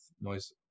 noise